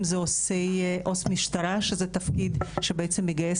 אם זה עו"ס משטרה שזה תפקיד שבעצם מגייס